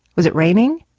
was it raining?